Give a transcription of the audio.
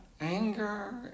anger